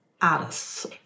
artists